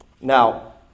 Now